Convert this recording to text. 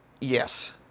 yes